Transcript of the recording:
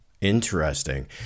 interesting